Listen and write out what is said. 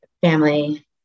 family